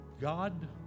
God